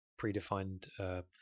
predefined